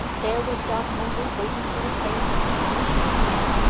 there was dog monday, waiting for the train, just as patient as usual.